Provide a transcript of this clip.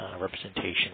representation